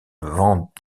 vendent